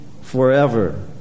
forever